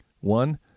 One